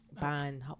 buying